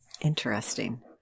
Interesting